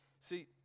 See